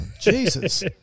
Jesus